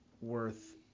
worth